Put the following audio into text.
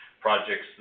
projects